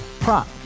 Prop